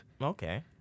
Okay